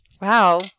Wow